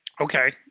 Okay